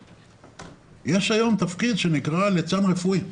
יש היום תפקיד שנקרא ליצן רפואי,